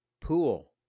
Pool